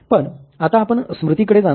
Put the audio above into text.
पण आता आपण स्मृतीकडे जाणार नाही